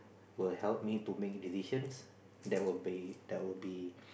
will help me to make decisions that will be that will be